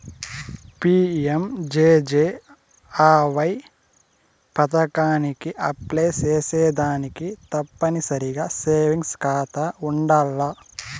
PMJJAY పదకానికి apply సేసేదానికి తప్పనిసరిగా సేవింగ్స్ కాతా ఉండాల్ల